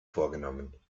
vorgenommen